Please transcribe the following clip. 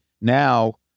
Now